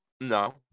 no